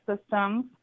Systems